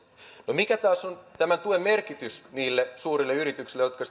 mikä taas on tämän tuen merkitys niille suurille yrityksille jotka